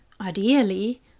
ideally